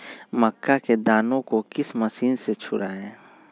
मक्का के दानो को किस मशीन से छुड़ाए?